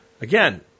again